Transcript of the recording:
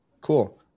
Cool